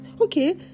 Okay